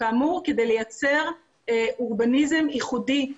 כדי לייצר אורבניזם ייחודי.